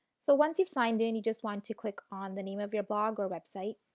so, once you've signed in you just want to click on the name of your blog or website.